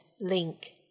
link